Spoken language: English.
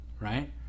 right